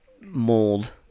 mold